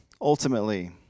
ultimately